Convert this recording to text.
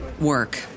work